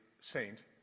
saint